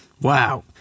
Wow